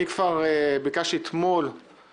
כבר אתמול ביקשתי